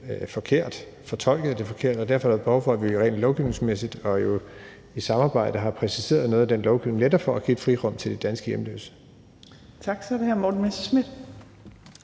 forkert, fortolket det forkert. Derfor er der behov for, at vi rent lovgivningsmæssigt og jo i samarbejde har præciseret noget af den lovgivning netop for at give et frirum til de danske hjemløse. Kl. 15:33 Fjerde næstformand